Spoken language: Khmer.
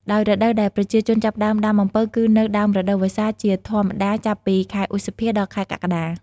ដោយរដូវដែលប្រជាជនចាប់ផ្តើមដាំអំពៅគឺនៅ ដើមរដូវវស្សា ជាធម្មតាចាប់ពី ខែឧសភា ដល់ខែកក្កដា។